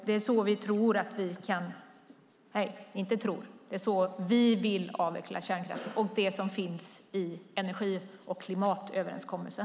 Det är så vi vill avveckla kärnkraften, och vi stöder energi och klimatöverenskommelsen.